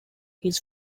his